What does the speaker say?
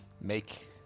make